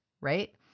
right